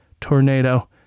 tornado